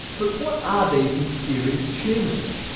but what are these mysterious tumours?